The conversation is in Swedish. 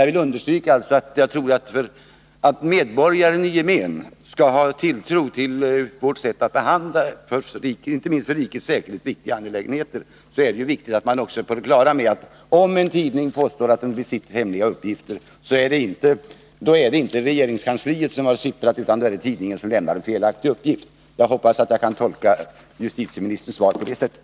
Jag vill emellertid understryka att för att medborgaren i gemen skall ha tilltro till vårt sätt att behandla inte minst för rikets säkerhet viktiga angelägenheter är det viktigt att man också är på det klara med, att om en tidning påstår att den besitter hemliga uppgifter, då är det inte regeringskansliet som har sipprat, utan då är det tidningen som lämnar en felaktig uppgift. Jag hoppas att jag kan tolka justitieministerns svar på det sättet.